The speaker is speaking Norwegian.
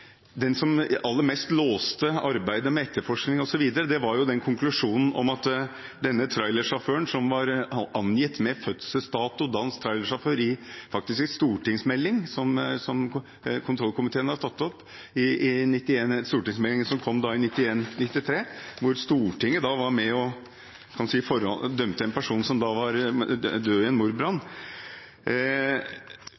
som aller mest låste arbeidet med etterforskningen, var konklusjonen om at den danske trailersjåføren var gjerningsmann. Han var faktisk angitt med fødselsdato i en stortingsmelding, noe kontroll- og konstitusjonskomiteen har tatt opp. Stortingsmeldingen kom i 1992, og Stortinget var da med på å dømme en person som var død i en mordbrann. Det har senere framkommet at det ikke er tekniske bevis for